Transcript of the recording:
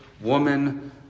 woman